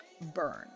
burn